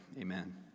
Amen